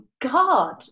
God